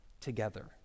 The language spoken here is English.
together